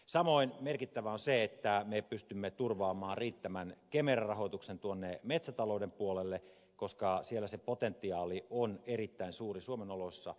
samoin merkittävää on se että me pystymme turvaamaan riittävän kemera rahoituksen tuonne metsätalouden puolelle koska siellä se potentiaali on erittäin suuri suomen oloissa